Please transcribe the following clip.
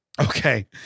Okay